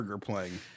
playing